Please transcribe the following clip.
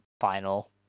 final